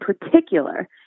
particular